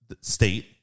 State